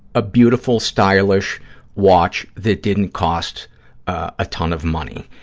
a beautiful, stylish watch that didn't cost a ton of money.